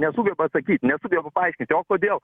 nesugeba atsakyt nesugeba paaiškinti o kodėl